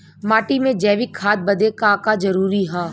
माटी में जैविक खाद बदे का का जरूरी ह?